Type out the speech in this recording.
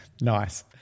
Nice